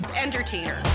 entertainer